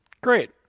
Great